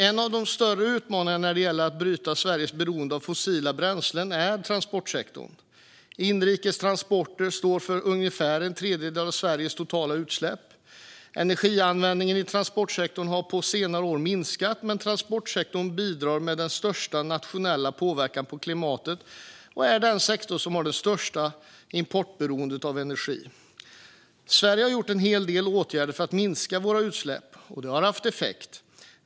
En av de större utmaningarna när det gäller att bryta Sveriges beroende av fossila bränslen är transportsektorn. Inrikestransporterna står för ungefär en tredjedel av Sveriges totala utsläpp. Energianvändningen i transportsektorn har på senare år minskat, men transportsektorn bidrar med den största nationella påverkan på klimatet och är den sektor som har det största importberoendet av energi. Sverige har vidtagit en hel del åtgärder för att minska våra utsläpp, och det har haft effekt.